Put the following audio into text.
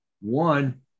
One